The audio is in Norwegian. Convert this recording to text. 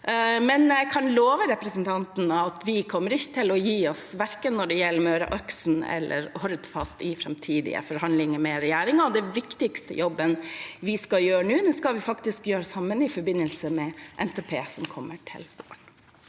og jeg kan love representanten at vi ikke kommer til å gi oss, verken når det gjelder Møreaksen eller Hordfast, i framtidige forhandlinger med regjeringen. Den viktigste jobben vi skal gjøre nå, skal vi faktisk gjøre sammen, i forbindelse med NTP, som kommer til våren.